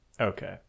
okay